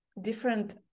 different